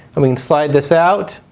i mean slide this out.